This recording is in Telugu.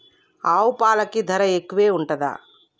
ఆవు పాలకి ధర ఎక్కువే ఉంటదా?